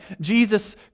Jesus